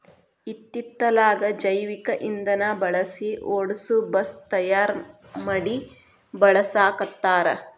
ಇತ್ತಿತ್ತಲಾಗ ಜೈವಿಕ ಇಂದನಾ ಬಳಸಿ ಓಡಸು ಬಸ್ ತಯಾರ ಮಡಿ ಬಳಸಾಕತ್ತಾರ